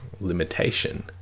limitation